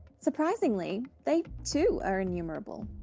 surprisingly they too are enumerable.